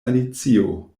alicio